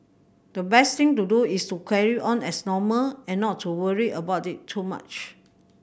the best thing to do is to carry on as normal and not to worry about it too much